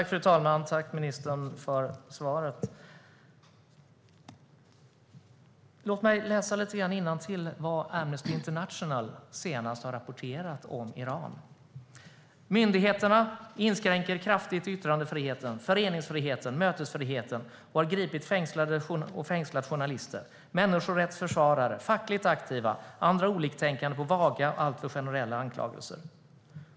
Fru talman! Jag tackar ministern för svaret. Låt mig läsa innantill ur Amnesty Internationals senaste årsrapport om Iran: "Myndigheterna inskränkte kraftigt yttrandefriheten, föreningsfriheten och mötesfriheten, och grep och fängslade journalister, människorättsförsvarare, fackligt aktiva och andra oliktänkande på vaga och alltför generella anklagelser.